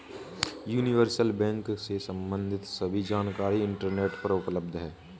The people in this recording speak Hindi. यूनिवर्सल बैंक से सम्बंधित सभी जानकारी इंटरनेट पर उपलब्ध है